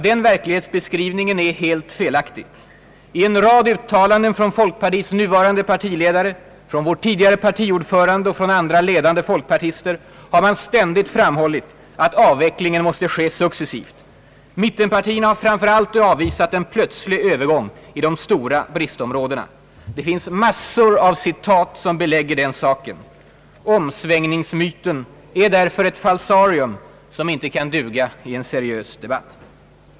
Den verklighetsbeskrivningen är helt felaktig. I en rad uttalanden från folkpartiets nuvarande ledare, från vår tidigare partiordförande och från andra ledande folkpartister har ständigt framhållits att avvecklingen måste ske successivt. Mittenpartierna har framför allt avvisat en plötslig övergång i de stora bristområdena. Det finns massor av citat som belägger den saken. Omsvängningsmyten är därför ett falsarium, som inte kan duga i en seriös debatt.